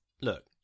Look